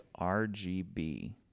RGB